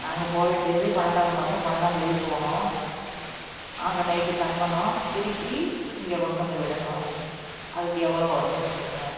நாங்கள் போக வேண்டியது பன்னெரண்டாவது மாதம் பன்னெரண்டாந்தேதி போகணும் அங்கே நைட்டு தங்கணும் திருப்பி இங்கே கொண்டு வந்து விடணும் அதுக்கு எவ்வளோ வரும்னு சொல்லுங்க